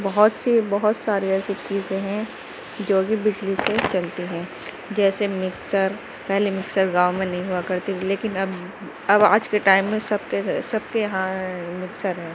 بہت سی بہت ساری ایسی چیزیں ہیں جوکہ بجلی سے چلتی ہیں جیسے مکسر پہلے مکسر گاؤں میں نہیں ہوا کرتی تھی لیکن اب آج کے ٹائم میں سب کے گھر سب کے یہاں مکسر ہے